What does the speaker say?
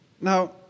Now